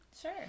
Sure